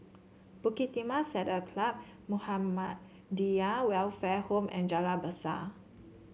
Bukit Timah Saddle Club Muhammadiyah Welfare Home and Jalan Besar